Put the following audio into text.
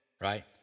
right